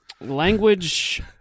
language